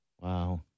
Wow